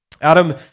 Adam